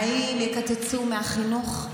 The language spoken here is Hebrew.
האם יקצצו מהחינוך?